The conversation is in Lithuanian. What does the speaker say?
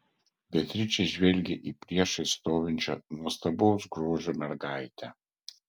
beatričė žvelgė į priešais stovinčią nuostabaus grožio mergaitę